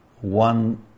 one